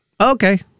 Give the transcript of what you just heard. Okay